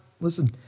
Listen